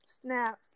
Snaps